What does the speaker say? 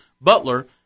Butler